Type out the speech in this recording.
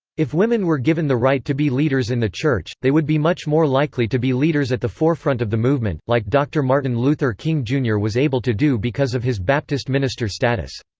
if women were given the right to be leaders in the church, they would be much more likely to be leaders at the forefront of the movement, like dr. martin luther king jr. was able to do because of his baptist minister status.